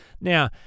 Now